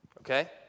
Okay